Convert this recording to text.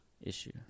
issue